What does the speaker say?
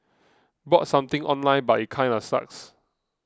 bought something online but it kinda sucks